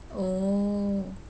oh